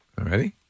Ready